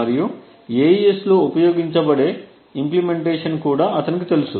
మరియు AES లో ఉపయోగించబడే ఇంప్లీమెంటేషన్ కూడా అతనికి తెలుసు